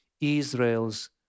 Israel's